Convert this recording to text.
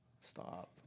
Stop